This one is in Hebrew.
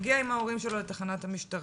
הילד מגיע עם ההורים שלו לתחנת המשטרה,